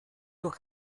durch